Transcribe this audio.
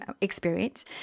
experience